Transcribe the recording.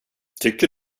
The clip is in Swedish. tycker